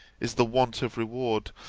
is the want of reward,